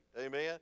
Amen